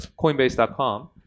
coinbase.com